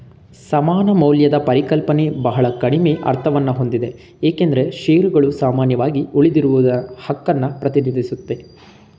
ಸಮಾನ ಮೌಲ್ಯದ ಪರಿಕಲ್ಪನೆ ಬಹಳ ಕಡಿಮೆ ಅರ್ಥವನ್ನಹೊಂದಿದೆ ಏಕೆಂದ್ರೆ ಶೇರುಗಳು ಸಾಮಾನ್ಯವಾಗಿ ಉಳಿದಿರುವಹಕನ್ನ ಪ್ರತಿನಿಧಿಸುತ್ತೆ